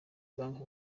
banki